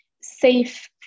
safe